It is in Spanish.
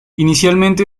inicialmente